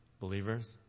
believers